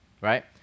right